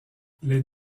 les